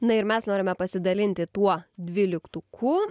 na ir mes norime pasidalinti tuo dvyliktuku